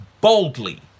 Boldly